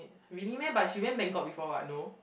I really meh but she went bangkok before [what] no